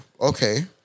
okay